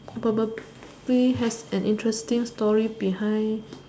probably has an interesting story behind